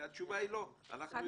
התשובה היא לא, אנחנו יודעים.